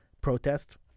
protest